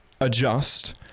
adjust